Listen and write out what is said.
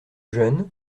jeune